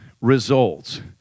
results